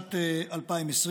בשנת 2020,